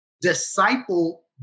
disciple